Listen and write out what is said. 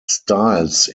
styles